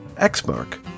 X-Mark